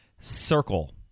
circle